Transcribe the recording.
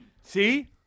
See